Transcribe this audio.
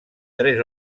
tres